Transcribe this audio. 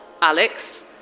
Alex